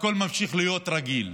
הכול ממשיך להיות רגיל.